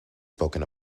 spoken